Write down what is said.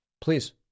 Please